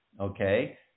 okay